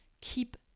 keep